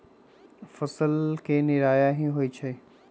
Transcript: फसल के निराया की होइ छई?